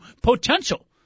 potential